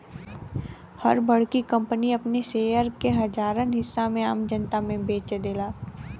हर बड़की कंपनी आपन शेयर के हजारन हिस्सा में आम जनता मे बेच देला